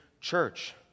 church